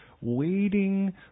waiting